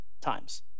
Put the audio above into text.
times